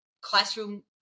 classroom